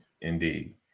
Indeed